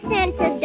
Santa